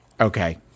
Okay